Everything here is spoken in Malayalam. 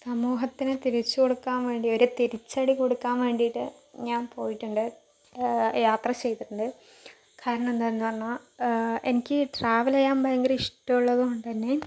സമൂഹത്തിന് തിരിച്ച് കൊടുക്കാൻ വേണ്ടി ഒരു തിരിച്ചടി കൊടുക്കാൻ വേണ്ടിയിട്ട് ഞാൻ പോയിട്ടുണ്ട് യാത്ര ചെയ്തിട്ടുണ്ട് കാരണം എന്താണെന്ന് പറഞ്ഞാൽ എനിക്ക് ട്രാവൽ ചെയ്യാൻ ഭയങ്കര ഇഷ്ടമുള്ളത് കൊണ്ട് തന്നെ